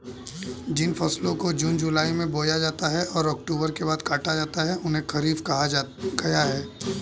जिन फसलों को जून जुलाई में बोया जाता है और अक्टूबर के बाद काटा जाता है उन्हें खरीफ कहा गया है